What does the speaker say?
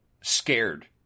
scared